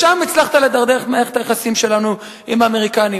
לשם הצלחת לדרדר את מערכת היחסים שלנו עם האמריקנים.